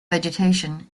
vegetation